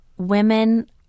Women